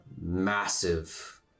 massive